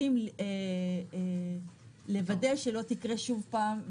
גם לראות איזו נורמה גוברת על איזו נורמה.